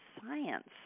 science